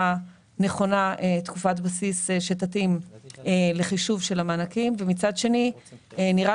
נכונה תקופת בסיס שתתאים לחישוב של המענקים ומצד שני נראה